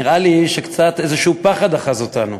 נראה לי שקצת, איזשהו פחד אחז אותנו.